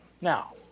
Now